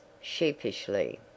sheepishly